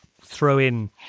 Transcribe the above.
throw-in